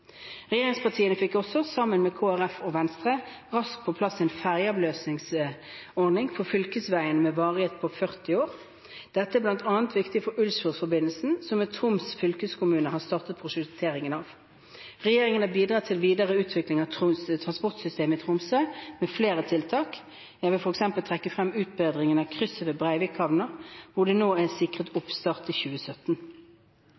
Regjeringspartiene fikk også, sammen med Kristelig Folkeparti og Venstre, raskt på plass en fergeavløsningsordning for fylkesveiene med varighet på 40 år. Dette er bl.a. viktig for Ullsfjordforbindelsen, som Troms fylkeskommune har startet prosjektering av. Regjeringen har bidratt til videre utvikling av transportsystemet i Tromsø med flere tiltak, og jeg vil trekke frem utbedringen av krysset ved Breivika havn, hvor det nå er sikret